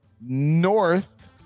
North